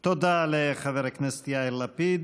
אתה יודע למה היה קשה להסביר?